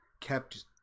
kept